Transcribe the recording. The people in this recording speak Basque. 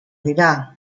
dira